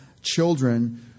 children